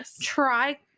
Try